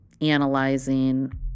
analyzing